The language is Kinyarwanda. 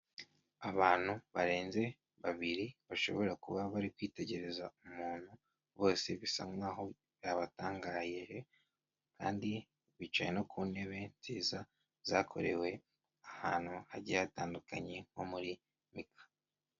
Abantu barenze babiri bashobora kuba bari kwitegereza umuntu, bose bisa nk'aho yabatangayeje kandi bicaye no ku ntebe nziza zakorewe ahantu hagiye hatandukanye nko muri mika.